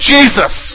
Jesus